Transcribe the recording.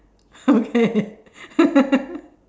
okay